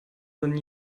than